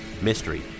Mystery